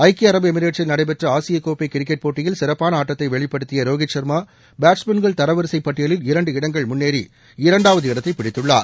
ஐக்கிய அரபு எமிரேட்ஸில் நடைபெற்ற ஆசியக் கோப்பை கிரிக்கெட் போட்டியில் சிறப்பான ஆட்டத்தை வெளிப்படுத்திய ரோஹித் ஷர்மா பேட்ஸ்மேன்கள் தரவரிசை பட்டியலில் இரண்டு இடங்கள் முன்னேறி இரண்டாவது இடத்தை பிடித்துள்ளார்